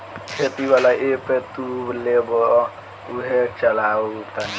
खेती वाला ऐप तू लेबऽ उहे चलावऽ तानी